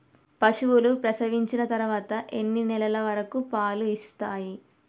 పశువులు ప్రసవించిన తర్వాత ఎన్ని నెలల వరకు పాలు ఇస్తాయి?